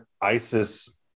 ISIS